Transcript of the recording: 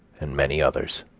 and many others.